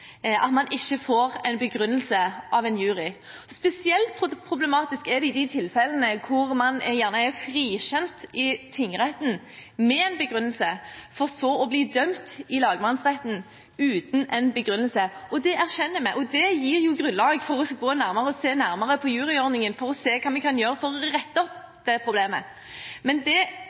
at man ikke får en begrunnelse av en jury. Spesielt problematisk er det i de tilfellene hvor man er frikjent i tingretten med en begrunnelse, for så å bli dømt i lagmannsretten uten en begrunnelse. Det erkjenner vi, og det gir grunnlag for å se nærmere på juryordningen for å se hva vi kan gjøre for å rette opp det problemet. Men det